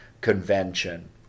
convention